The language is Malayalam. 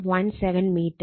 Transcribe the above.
17 മീറ്റർ